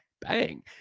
Bang